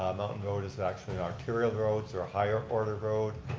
mountain road is actually an arterial road, they're a higher ordered road.